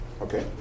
okay